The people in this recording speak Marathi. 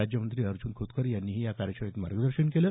राज्यमंत्री अर्जुन खोतकर यांनीही या कार्यशाळेत मार्गदर्शन केलं